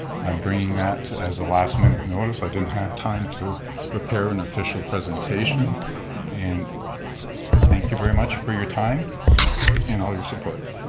i'm bringing that as a last minute notice. i didn't have time to prepare an official presentation and thank you very much for your time and all your support.